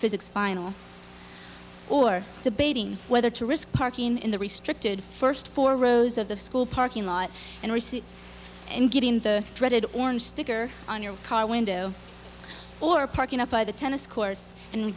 physics final or debating whether to risk parking in the restricted first four rows of the school parking lot and receipt and getting the dreaded orange sticker on your car window or parking up by the tennis courts and